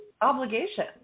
obligation